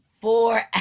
four